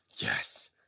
Yes